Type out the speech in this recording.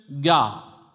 God